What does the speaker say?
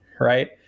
right